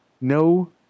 No